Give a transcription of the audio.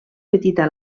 petita